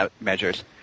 measures